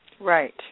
Right